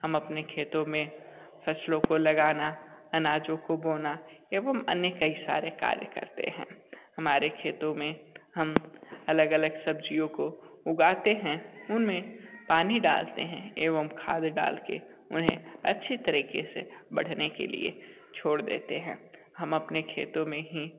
हम अपने खेतों में फसलों को लगाना अनाजों को बोना एवं अन्य कई सारे कार्य करते हैं हमारे खेतों में हम अलग अलग सब्जियों को उगाते हैं उन में पानी डालते हैं एवं खाद डाल के उन्हें अच्छे तरीके से बढ़ने के लिए छोड़ देते हैं हम अपने खेतों में ही